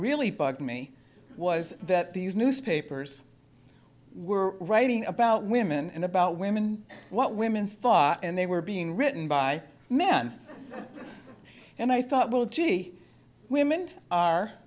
really bugged me was that these newspapers were writing about women and about women what women thought and they were being written by men and i thought well gee women are